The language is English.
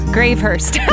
Gravehurst